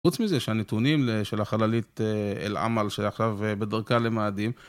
חוץ מזה שהנתונים של החללית אל עמל שעכשיו בדרכה למאדים